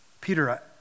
Peter